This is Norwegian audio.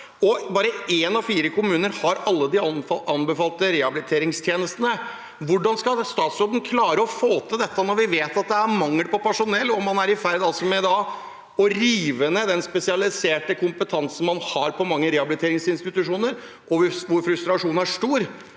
bare én av fire kommuner har alle de anbefalte rehabiliteringstjenestene. Hvordan skal statsråden klare å få til dette når vi vet at det er mangel på personell og man er i ferd med å rive ned den spesialiserte kompetansen som er på mange rehabiliteringsinstitusjoner – hvor frustrasjonen er stor